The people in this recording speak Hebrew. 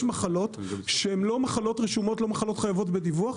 יש מחלות שהם לא מחלות רשומות לא מחלות חייבות בדיווח,